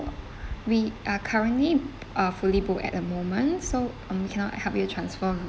we are currently uh fully booked at the moment so um cannot help you transfer